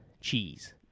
cheese